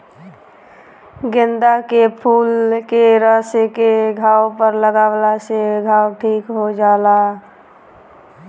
गेंदा के फूल के रस के घाव पर लागावला से घाव ठीक हो जाला